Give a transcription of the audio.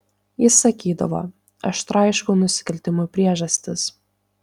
jis sakydavo aš traiškau nusikaltimų priežastis